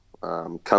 come